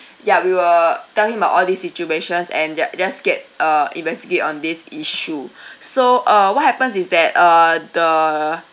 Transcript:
ya we will tell him about all these situations and ju~ just get uh investigate on this issue so uh what happens is that uh the